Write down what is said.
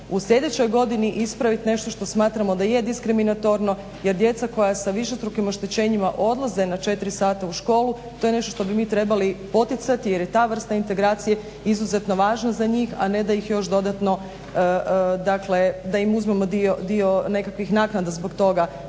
u sljedećoj godini ispravit nešto što smatramo da je diskriminatorno jer djeca koja sa višestrukim oštećenjima odlaze na četiri sata u školu to je nešto što bi mi trebali poticati jer je ta vrsta integracije izuzetno važna za njih, a ne da ih još dodatno, dakle da im uzmemo dio nekakvih naknada zbog toga.